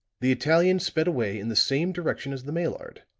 the italian sped away in the same direction as the maillard,